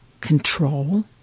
control